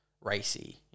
racy